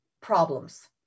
problems